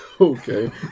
Okay